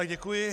Děkuji.